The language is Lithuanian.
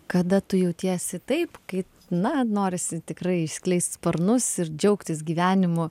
kada tu jautiesi taip kaip na norisi tikrai išskleist sparnus ir džiaugtis gyvenimu